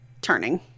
turning